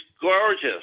gorgeous